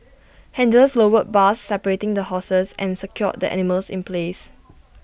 handlers lowered bars separating the horses and secured the animals in place